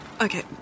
Okay